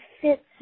fits